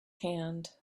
hand